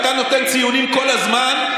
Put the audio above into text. אתה נותן ציונים כל הזמן.